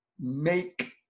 make